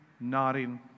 nodding